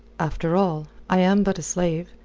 after all, i am but a slave.